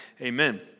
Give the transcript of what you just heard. Amen